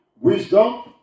wisdom